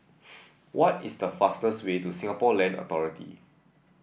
what is the fastest way to Singapore Land Authority